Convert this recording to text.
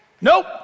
nope